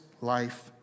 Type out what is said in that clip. life